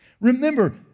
Remember